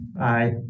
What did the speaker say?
Aye